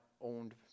owned